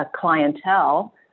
clientele